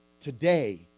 today